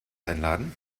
einladen